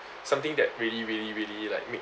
something that really really really like make